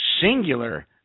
singular